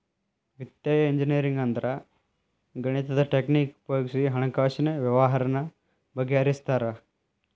ವಿತ್ತೇಯ ಇಂಜಿನಿಯರಿಂಗ್ ಅಂದ್ರ ಗಣಿತದ್ ಟಕ್ನಿಕ್ ಉಪಯೊಗಿಸಿ ಹಣ್ಕಾಸಿನ್ ವ್ಯವ್ಹಾರಾನ ಬಗಿಹರ್ಸ್ತಾರ